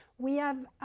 we have